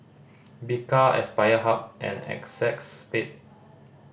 Bika Aspire Hub and Acexspade